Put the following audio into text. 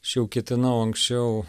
aš jau ketinau anksčiau